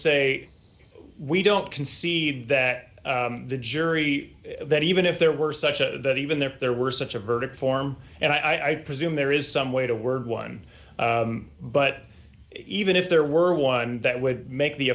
say we don't concede that the jury that even if there were such a that even there there were such a verdict form and i presume there is some way to word one but even if there were one that would make the